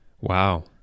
wow